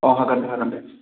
अह हागोन हागोन दे